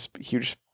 huge